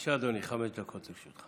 בבקשה, אדוני, חמש דקות לרשותך.